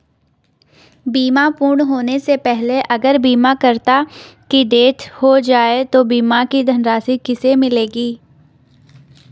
बीमा पूर्ण होने से पहले अगर बीमा करता की डेथ हो जाए तो बीमा की धनराशि किसे मिलेगी?